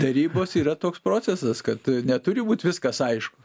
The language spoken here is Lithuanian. derybos yra toks procesas kad neturi būt viskas aišku